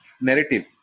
narrative